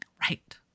Right